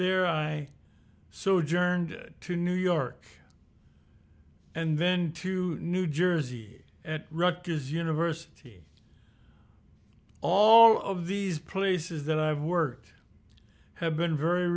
there i so journey to new york and then to new jersey at rutgers university all of these places that i've worked have been very